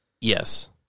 Yes